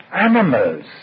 animals